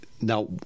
Now